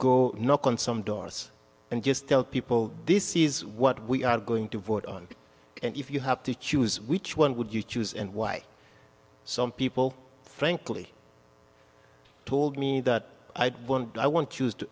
go knock on some doors and just tell people this is what we are going to vote on and if you have to choose which one would you choose and why some people frankly told me that i want